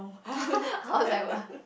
oh I was like what